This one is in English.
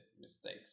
mistakes